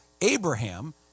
Abraham